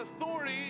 authority